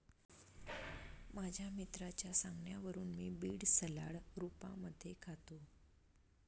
माझ्या मित्राच्या सांगण्यावरून मी बीड सलाड रूपामध्ये खातो